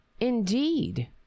indeed